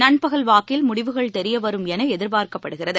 நண்பகல் வாக்கில் முடிவுகள் தெரியவரும் என எதிர்பார்க்கப்படுகிறது